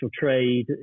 trade